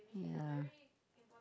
yeah